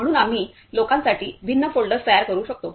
म्हणून आम्ही भिन्न लोकांसाठी भिन्न फोल्डर्स तयार करू शकतो